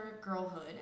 girlhood